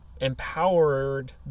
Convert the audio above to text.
empowered